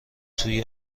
توی